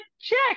check